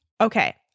okay